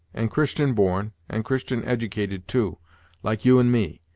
and christian-born, and christian-edicated, too, like you and me.